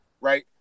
right